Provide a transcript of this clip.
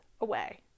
away